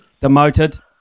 demoted